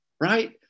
right